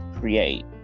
create